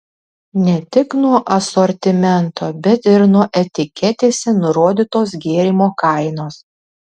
ne tik nuo asortimento bet ir nuo etiketėse nurodytos gėrimo kainos